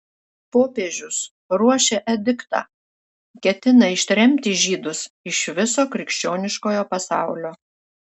popiežius ruošia ediktą ketina ištremti žydus iš viso krikščioniškojo pasaulio